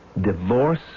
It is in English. Divorce